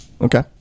Okay